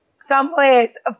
someplace